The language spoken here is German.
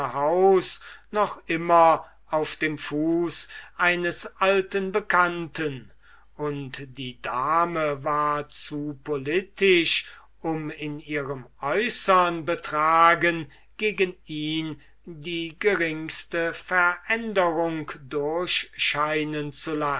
noch immer auf den fuß eines alten bekannten und die dame war zu politisch um in ihrem äußern betragen gegen ihn die geringste veränderung